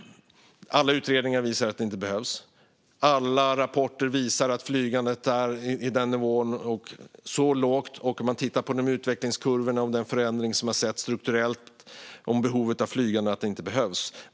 Alla utredningar visar att det inte behövs. Alla rapporter visar att flygandet är på en låg nivå, och utvecklingskurvorna och den strukturella förändring som har skett när det gäller flygande visar att det inte behövs.